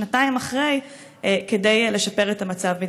שנתיים אחרי כן, כדי לשפר את המצב?